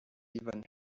even